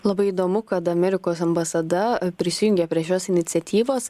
labai įdomu kad amerikos ambasada prisijungė prie šios iniciatyvos